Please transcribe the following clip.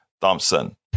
Thompson